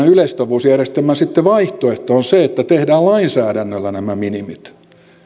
yleissitovuusjärjestelmän vaihtoehto sitten on se että tehdään lainsäädännöllä nämä minimit